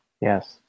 Yes